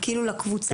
למועדון?